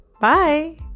Bye